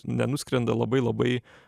nenuskrenda labai labai